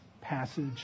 passage